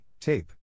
Tape